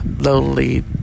Lonely